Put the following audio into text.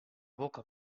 boca